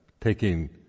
taking